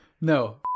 no